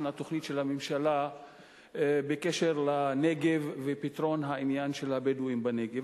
התוכנית של הממשלה בקשר לנגב ופתרון העניין של הבדואים בנגב,